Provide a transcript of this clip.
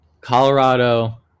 Colorado